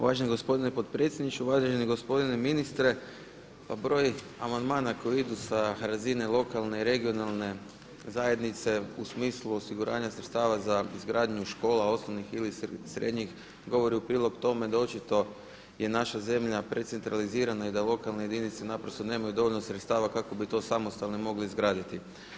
Uvaženi gospodine potpredsjedniče, uvaženi gospodine ministre pa broj amandmana koji idu sa razine lokalne i regionalne zajednice u smislu osiguranja sredstava za izgradnju škola osnovnih ili srednjih govori u prilog tome da očito je naša zemlja precentralizirana i da lokalne jedinice naprosto nemaju dovoljno sredstava kako bi to samostalno mogli izgraditi.